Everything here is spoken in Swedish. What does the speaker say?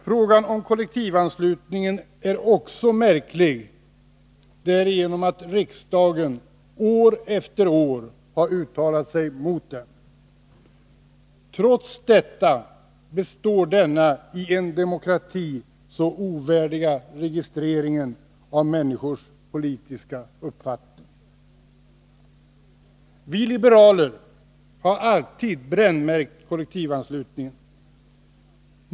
Frågan om kollektivanslutningen är också märklig därigenom att riksdagen år efter år har uttalat sig mot den. Trots detta består denna i en demokrati så ovärdiga registrering av människors politiska uppfattning. Vi liberaler har alltid brännmärkt kollektivanslutningen.